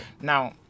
Now